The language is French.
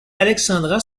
alexandra